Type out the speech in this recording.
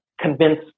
convince